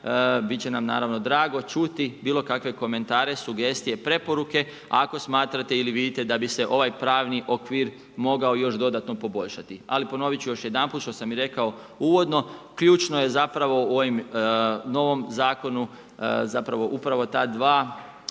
bit će nam naravno drago čuti bilo kakve komentare, sugestije, preporuke ako smatrate ili vidite da bi se ovaj pravni okvir mogao još dodatno poboljšati. Ali ponovit ću još jedanput, što sam i rekao uvodno, ključno je zapravo o ovom novom Zakonu zapravo upravo ta dva